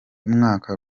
mwaka